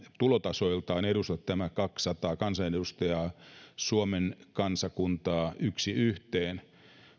tulotasoiltaan edusta nämä kaksisataa kansanedustajaa suomen kansakuntaa yksi yhteen